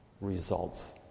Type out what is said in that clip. results